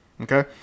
Okay